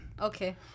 okay